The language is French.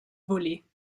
voler